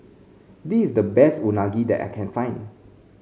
this the best Unagi that I can find